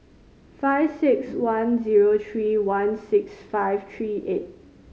five six one zero three one six five three eight